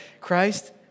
Christ